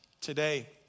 today